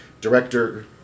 director